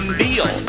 deal